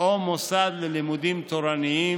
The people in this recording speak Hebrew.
או מוסד ללימודים תורניים,